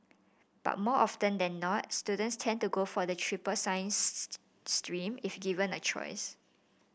but more often than not students tend to go for the triple science stream if given a choice